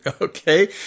Okay